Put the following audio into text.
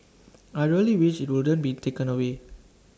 I really wish IT wouldn't be taken away